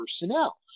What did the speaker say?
personnel